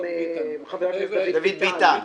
חבר הכנסת דוד ביטן.